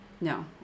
No